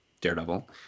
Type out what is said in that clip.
Daredevil